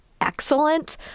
excellent